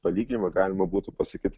palyginimą galima būtų pasakyt